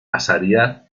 pasaría